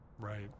right